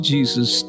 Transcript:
Jesus